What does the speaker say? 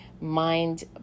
mind